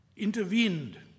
intervened